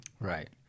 Right